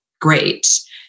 great